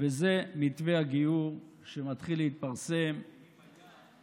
זה הבסיס לטפל גם כן במגפת האלימות נגד נשים.